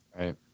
Right